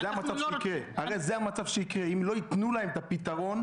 זה המצב שיקרה אם לא ייתנו להם את הפתרון,